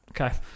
Okay